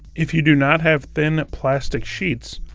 if you do not have thin plastic sheets,